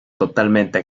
totalmente